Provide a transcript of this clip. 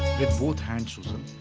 both hands, suzan.